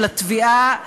של התביעה,